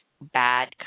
bad